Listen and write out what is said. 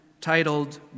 titled